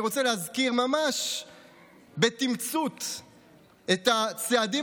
אני רוצה להזכיר ממש בתמצות את הצעדים